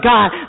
God